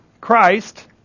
Christ